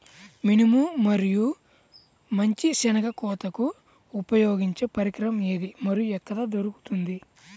మినుము మరియు మంచి శెనగ కోతకు ఉపయోగించే పరికరం ఏది మరియు ఎక్కడ దొరుకుతుంది?